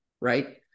right